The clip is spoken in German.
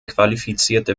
qualifizierte